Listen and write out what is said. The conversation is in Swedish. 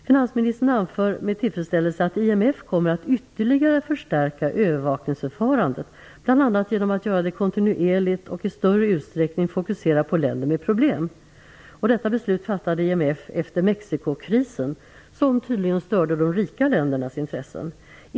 Finansministern anför med tillfredsställelse att IMF kommer att "ytterligare förstärka övervakningsförfarandet, bl.a. genom att göra det kontinuerligt och i större utsträckning fokusera på länder med problem". Detta beslut fattade IMF efter Mexicokrisen, som tydligen störde de rika ländernas intressen.